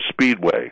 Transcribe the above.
Speedway